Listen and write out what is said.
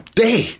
day